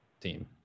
team